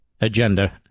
agenda